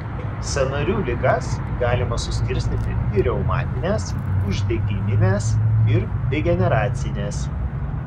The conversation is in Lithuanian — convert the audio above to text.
sąnarių ligas galima suskirstyti į reumatines uždegimines ir degeneracines